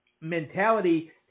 mentality